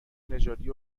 نژادی